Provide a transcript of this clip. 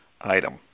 item